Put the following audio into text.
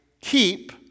keep